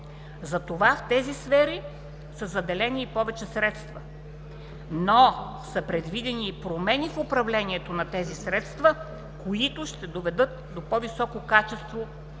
Затова в тези сфери са заделени и повече средства, но са предвидени и промени в управлението на тези средства, които ще доведат до по високо качество и